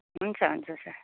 हुन्छ हुन्छ सर